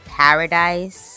paradise